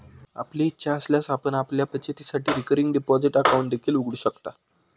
आपली इच्छा असल्यास आपण आपल्या बचतीसाठी रिकरिंग डिपॉझिट अकाउंट देखील उघडू शकता